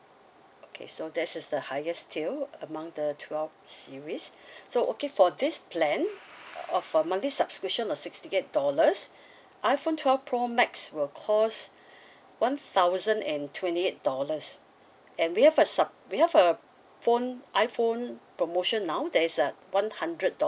okay so that is the highest still among the twelve series so okay for this plan uh for a monthly subscription of sixty eight dollars iphone twelve pro max will cost one thousand and twenty eight dollars and we have a sub we have a phone iphone promotion now that is at one hundred